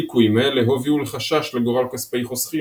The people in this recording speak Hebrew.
ליקויים אלה הובילו לחשש לגורל כספי חוסכים